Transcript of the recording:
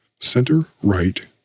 Center-right